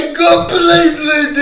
completely